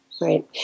right